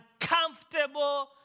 uncomfortable